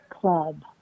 club